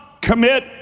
commit